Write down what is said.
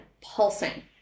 pulsing